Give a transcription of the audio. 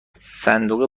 صندوق